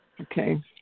Okay